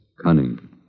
cunning